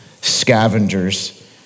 scavengers